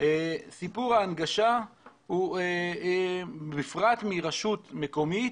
סיפור ההנגשה, בפרט ברשות מקומית,